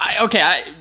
Okay